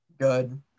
Good